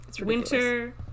Winter